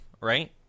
right